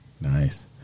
Nice